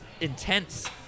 intense